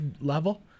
level